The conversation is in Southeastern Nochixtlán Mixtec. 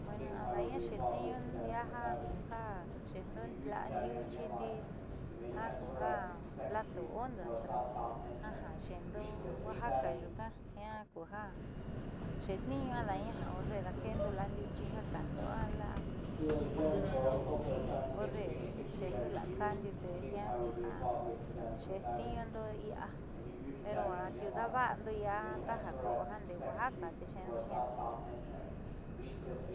Bueno ada'aña xe'etniiñuu ndiaa ja kuja xeendo la'a ndiuxi dii ja ku ja plato hondo ja xeendo oaxacaa nyuuka jiaa ku ja xeetniiñuu ada'ana horre daakeendo la'a ndiuxi ja ka'ando a la'a horre xeendo la'a kandiu te jiaa ku ja xeetniindo iia pero atiudaava'ando taja ko'o jiaa ndee oaxaca xeendo jiaa.